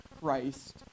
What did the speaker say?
Christ